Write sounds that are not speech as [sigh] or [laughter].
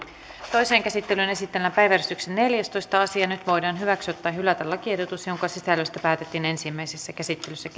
toiseen käsittelyyn esitellään päiväjärjestyksen kuudestoista asia nyt voidaan hyväksyä tai hylätä lakiehdotus jonka sisällöstä päätettiin ensimmäisessä käsittelyssä [unintelligible]